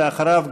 ואחריו,